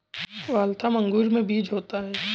Waltham अंगूर में बीज होता है